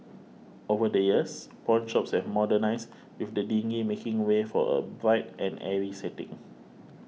over the years pawnshops have modernised with the dingy making way for a bright and airy setting